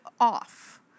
off